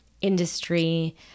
industry